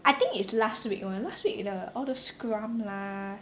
I think is last week one last week the all those scrum lah